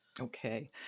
Okay